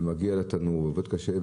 מגיע לתנור, עובד קשה.